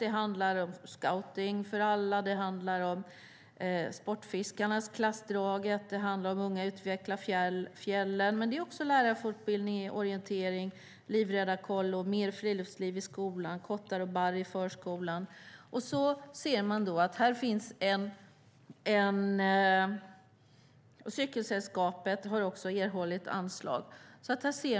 Det handlar om Scouting för alla, Sportfiskarnas Klassdraget, Unga utvecklar fjällen, men också lärarfortbildning i orientering, livräddarkollo, mer friluftsliv i skolan, kottar och barr i förskolan. Även Cykelsällskapet har erhållit anslag.